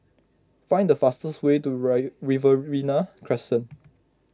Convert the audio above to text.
find the fastest way to re Riverina Crescent